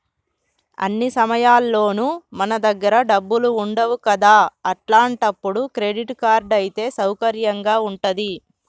అన్ని సమయాల్లోనూ మన దగ్గర డబ్బులు ఉండవు కదా అట్లాంటప్పుడు క్రెడిట్ కార్డ్ అయితే సౌకర్యంగా ఉంటది